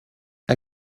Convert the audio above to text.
how